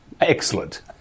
Excellent